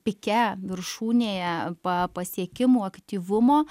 pike viršūnėje pa pasiekimų aktyvumo